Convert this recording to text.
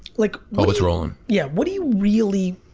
like oh it's rolling. yeah. what do you really,